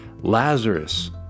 Lazarus